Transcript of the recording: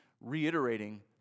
reiterating